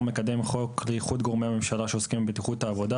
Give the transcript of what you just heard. מקדם חוק לאיחוד גורמי הממשלה שעוסקים בבטיחות העבודה,